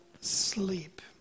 sleep